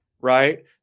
right